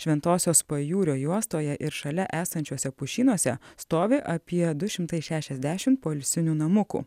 šventosios pajūrio juostoje ir šalia esančiuose pušynuose stovi apie du šimtai šešiasdešim poilsinių namukų